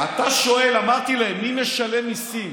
לכן אתה שואל, אמרתי להם: מי משלם מיסים?